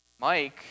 mike